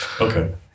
okay